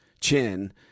chin